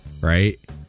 right